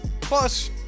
Plus